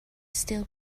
still